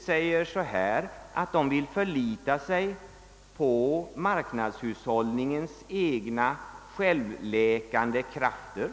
säger att man vill »förlita sig till marknadshushållningens egna självläkande krafter».